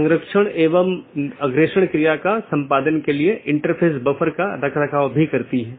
इसके बजाय BGP संदेश को समय समय पर साथियों के बीच आदान प्रदान किया जाता है